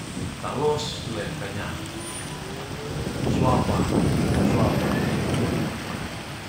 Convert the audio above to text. Talos le kanya su'apa wu sua'pa kite o'ne